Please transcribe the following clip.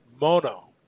Mono